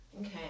Okay